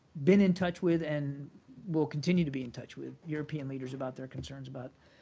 been in touch with and will continue to be in touch with european leaders about their concerns about